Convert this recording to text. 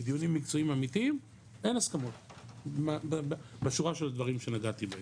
בדיונים מקצועיים אמיתיים אין הסכמות בשורה של הדברים שנגעתי בהם.